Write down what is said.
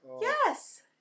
Yes